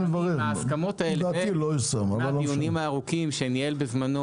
לאחר ההסכמות האלה והדיונים הארוכים שניהל בזמנו